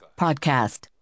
Podcast